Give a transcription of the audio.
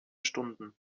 stunden